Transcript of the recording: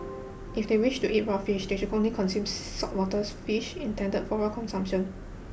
if they wish to eat raw fish they should only consume saltwater fish intended for raw consumption